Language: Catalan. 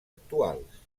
actuals